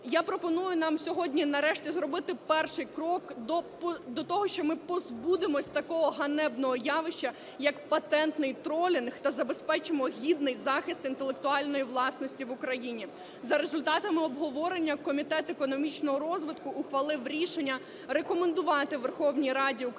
Я пропоную нам сьогодні нарешті зробити перший крок до того, що ми позбудемося такого ганебного явища, як патентний тролінг, та забезпечимо гідний захист інтелектуальної власності в Україні. За результатами обговорення Комітет економічного розвитку ухвалив рішення рекомендувати Верховній Раді України